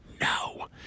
no